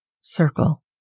circle